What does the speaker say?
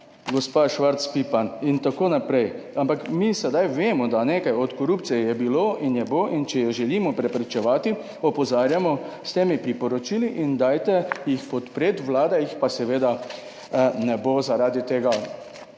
gospa Švarc Pipan, itn., ampak mi sedaj vemo, da nekaj od korupcije je bilo in je bo, in če jo želimo preprečevati opozarjamo s temi priporočili in dajte jih podpreti. Vlada jih pa seveda ne bo zaradi tega,